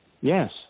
Yes